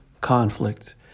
Conflict